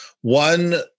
One